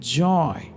joy